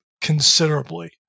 considerably